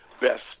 best